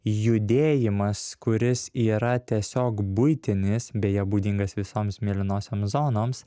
judėjimas kuris yra tiesiog buitinis beje būdingas visoms mėlynosioms zonoms